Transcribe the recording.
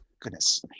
goodness